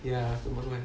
ya bukan